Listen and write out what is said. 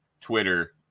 Twitter